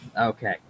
Okay